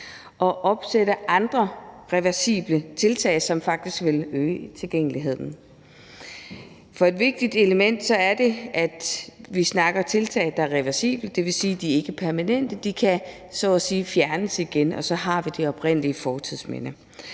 og opsætte andre ting, der er reversible, som faktisk vil øge tilgængeligheden. Et vigtigt element i det her er, at vi snakker om tiltag, der er reversible. Det vil sige, at de ikke er permanente, men så at sige kan fjernes igen, og så har vi det oprindelige fortidsminde.